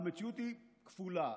המציאות היא כפולה.